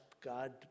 God